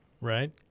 right